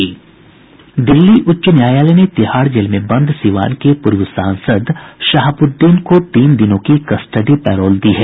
दिल्ली उच्च न्यायालय ने तिहाड़ जेल में बंद सीवान के पूर्व सांसद शहाबुद्दीन को तीन दिनों की कस्टडी पैरोल दी है